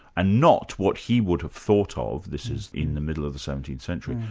and not what he would have thought ah of, this is in the middle of the seventeenth century,